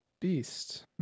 beast